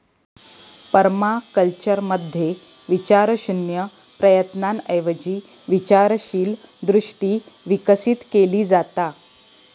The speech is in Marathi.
पर्माकल्चरमध्ये विचारशून्य प्रयत्नांऐवजी विचारशील दृष्टी विकसित केली जाता